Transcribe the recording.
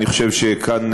אני חושב שכאן,